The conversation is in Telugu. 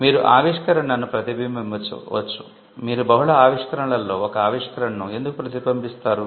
మీరు ఆవిష్కరణను ప్రతిబింబించవచ్చు మీరు బహుళ ఆవిష్కరణలలో ఒక ఆవిష్కరణను ఎందుకు ప్రతిబింబిస్తారు